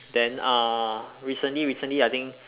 then uh recently recently I think